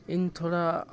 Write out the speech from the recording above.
ᱤᱧ ᱛᱷᱚᱲᱟ